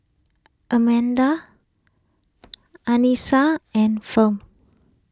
Almeda Anissa and Fount